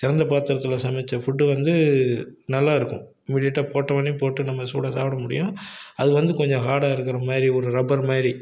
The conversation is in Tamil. திறந்த பாத்திரத்தில் சமைத்த ஃபுட்டு வந்து நல்லா இருக்கும் இமீடியட்டாக போட்டொவுன்னே போட்டு நம்ம சூடாக சாப்பிட முடியும் அது வந்து கொஞ்சம் ஹார்டாக இருக்கிற மாதிரி ஒரு ரப்பர் மாதிரி